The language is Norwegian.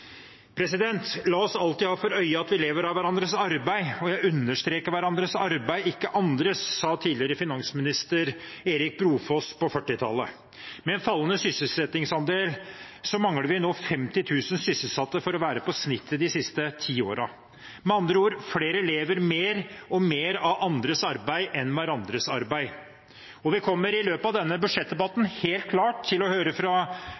oss alltid ha for øye at vi lever av hverandres arbeid, og jeg understreker hverandres arbeid, ikke andres», sa tidligere finansminister Erik Brofoss på 1940-tallet. Med en fallende sysselsettingsandel mangler vi nå 50 000 sysselsatte for å være på snittet de siste ti årene. Med andre ord: Flere lever mer og mer av andres arbeid enn av hverandres arbeid. Vi kommer i løpet av denne budsjettdebatten helt klart til å høre fra